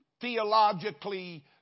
theologically